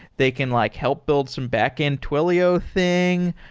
they can like help build some backend twilio thing.